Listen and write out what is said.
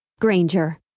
Granger